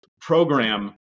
program